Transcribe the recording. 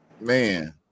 man